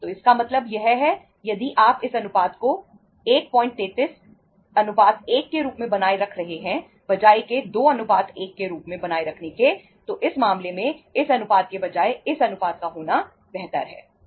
तो इसका मतलब यह है यदि आप इस अनुपात को 133 1 के रूप में बनाए रख रहे हैं बजाय के 21 के रूप में बनाए रखने के तो इस मामले में इस अनुपात के बजाय इस अनुपात का होना बेहतर है